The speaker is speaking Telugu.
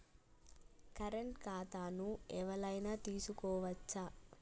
కరెంట్ ఖాతాను ఎవలైనా తీసుకోవచ్చా?